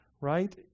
right